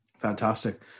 Fantastic